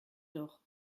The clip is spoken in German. doch